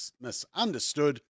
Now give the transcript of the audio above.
misunderstood